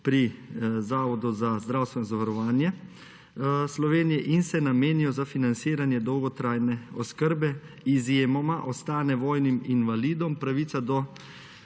pri Zavodu za zdravstveno zavarovanje Slovenije in se namenijo za financiranje dolgotrajne oskrbe. Izjemoma ostane vojnim invalidom pravica do